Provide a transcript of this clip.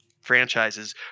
franchises